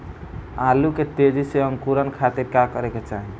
आलू के तेजी से अंकूरण खातीर का करे के चाही?